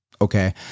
okay